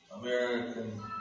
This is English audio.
American